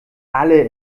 alle